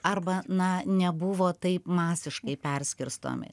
arba na nebuvo taip masiškai perskirstomi